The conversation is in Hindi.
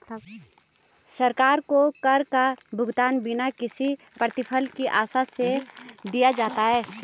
सरकार को कर का भुगतान बिना किसी प्रतिफल की आशा से दिया जाता है